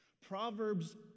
proverbs